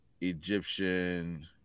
Egyptian